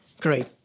great